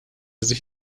sich